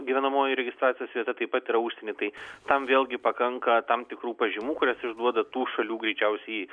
gyvenamoji registracijos vieta taip pat yra užsieny tai tam vėlgi pakanka tam tikrų pažymų kurias išduoda tų šalių greičiausiai